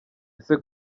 ese